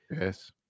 yes